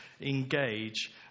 engage